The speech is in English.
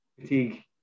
fatigue